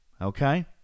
okay